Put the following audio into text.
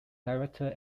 director